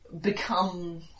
become